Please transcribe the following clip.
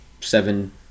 seven